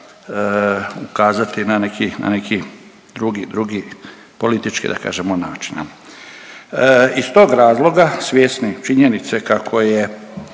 na neki drugi, drugi politički da kažemo načina. Iz tog razloga svjesni činjenice kako je